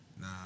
Nah